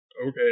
okay